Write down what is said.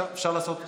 אפשר לעשות ספירה.